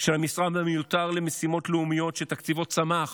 של המשרד המיותר למשימות לאומיות, שתקציבו צמח